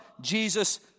Jesus